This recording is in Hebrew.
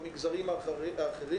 במגזרים האחרים